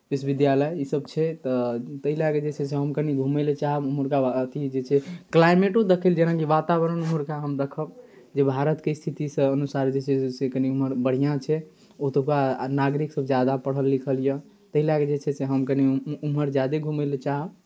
विश्विद्यालय ईसभ छै तऽ ताहि लए कऽ जे छै से हम कनि घूमय लेल चाहब ओम्हुरका अथि जे छै से क्लाइमेटो देखय लेल जेनाकि वातावरण ओम्हुरका हम देखब जे भारतके स्थितिसँ अनुसार जे छै से कनि ओम्हर बढ़िआँ छै ओतुका नागरिकसभ ज्यादा पढ़ल लिखल यए ताहि लए कऽ जे छै से हम कनि ओम्हर ज्यादे घूमय लेल चाहब